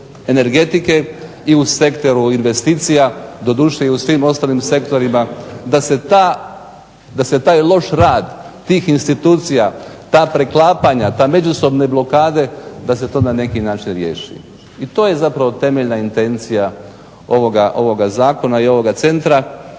energetike i u sektoru investicija, doduše i u svim ostalim sektorima da se taj loš rad tih institucija ta preklapanje, te međusobne blokade, da se to na neki način riješi. I to je zapravo temeljna intencija ovoga zakona i ovoga centra.